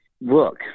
Look